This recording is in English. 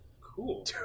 Cool